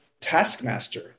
taskmaster